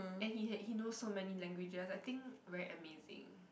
and he has he knows so many languages I think very amazing